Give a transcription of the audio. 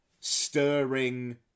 stirring